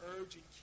urging